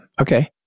Okay